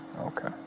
okay